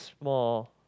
small